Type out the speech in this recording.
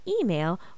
email